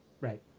right